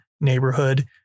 neighborhood